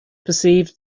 perceived